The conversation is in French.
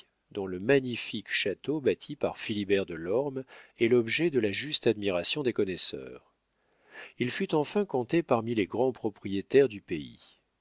dont le magnifique château bâti par philibert de lorme est l'objet de la juste admiration des connaisseurs il fut enfin compté parmi les grands propriétaires du pays